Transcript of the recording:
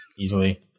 Easily